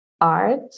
art